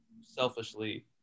selfishly